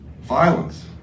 violence